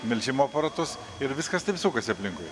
melžimo aparatus ir viskas taip sukasi aplinkui